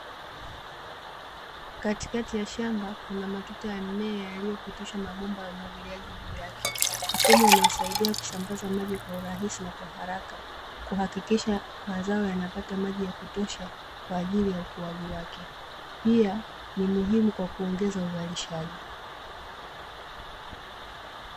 Katikati ya shamba kuna matuta ya mmea yaliyopitishwa mabomba ya umwagiliaji juu yake. Mfumo unawasaidia kusambaza maji kwa urahisi na kwaharaka, kuhakikisha mazao yanapata maji ya kutosha kwa ajili ya ukuaji wake, pia ni muhimu kwa kuongeza uzalishaji.